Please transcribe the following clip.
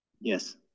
Yes